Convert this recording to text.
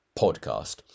podcast